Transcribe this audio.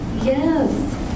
Yes